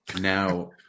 Now